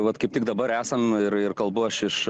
vat kaip tik dabar esam ir ir kalbu aš iš